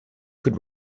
could